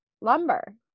lumber